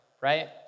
right